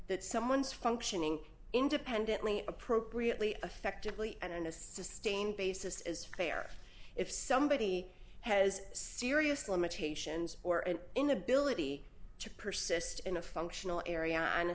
that someone's functioning independently appropriately effectively and in a sustained basis is fair if somebody has serious limitations or an inability to persist in a functional area on a